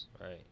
Right